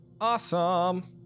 Awesome